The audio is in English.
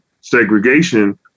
segregation